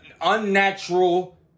unnatural